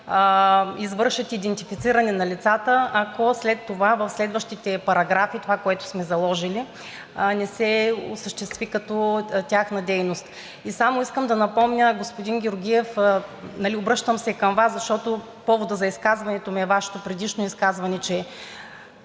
извършат идентифициране на лицата, ако след това в следващите параграфи това, което сме заложили, не се осъществи като тяхна дейност. И само искам да напомня, господин Георгиев, обръщам се към Вас, защото поводът за изказването ми е Вашето предишно изказване, че